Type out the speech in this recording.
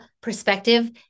perspective